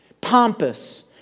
pompous